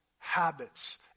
Habits